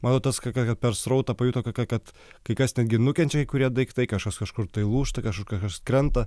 manau tas ka kad per srautą pajuto ka kad kai kas netgi nukenčia kai kurie daiktai kažkas kažkur tai lūžta kažkur kažkas krenta